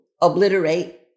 obliterate